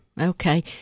Okay